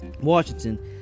Washington